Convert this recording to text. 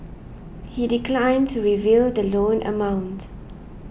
he declined to reveal the loan amount